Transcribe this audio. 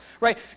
right